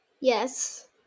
Yes